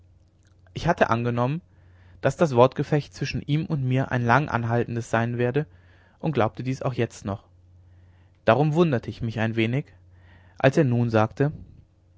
ich hatte angenommen daß das wortgefecht zwischen ihm und mir ein lang anhaltendes sein werde und glaubte dies auch jetzt noch darum wunderte ich mich nicht wenig als er nun sagte